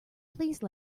please